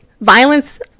Violence